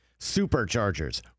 Superchargers